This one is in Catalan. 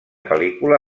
pel·lícula